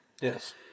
Yes